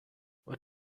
what